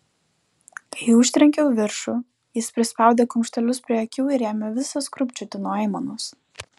kai užtrenkiau viršų jis prispaudė kumštelius prie akių ir ėmė visas krūpčioti nuo aimanos